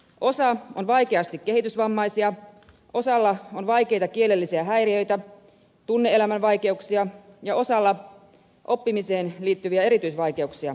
osa on vaikeasti kehitysvammaisia osalla on vaikeita kielellisiä häiriöitä tunne elämän vaikeuksia ja osalla oppimiseen liittyviä erityisvaikeuksia